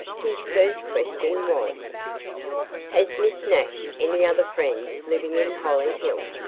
his first question was has miss nash any other friends living in hollyhill?